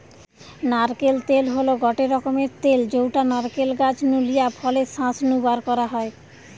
নারকেল তেল হল গটে রকমের তেল যউটা নারকেল গাছ নু লিয়া ফলের শাঁস নু বারকরা হয়